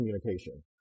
communication